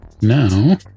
Now